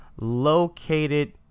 located